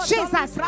Jesus